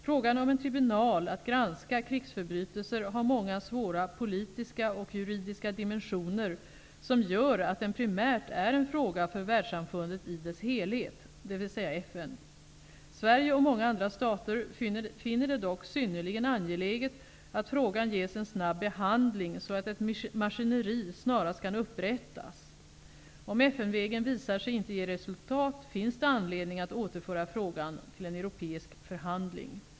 Frågan om en tribunal att granska krigsförbrytelser har många svåra politiska och juridiska dimensioner som gör att den primärt är en fråga för världssamfundet i dess helhet, dvs. FN. Sverige och många andra stater finner det dock synnerligen angeläget att frågan ges en snabb behandling så att ett maskineri snarast kan upprättas. Om FN-vägen visar sig inte ge resultat finns det anledning att återföra frågan till en europeisk förhandling.